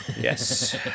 Yes